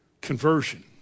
conversion